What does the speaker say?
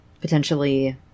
potentially